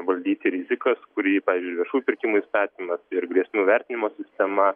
valdyti rizikas kurį pavyzdžiui viešųjų pirkimų įstatymas ir grėsmių vertinimo sistema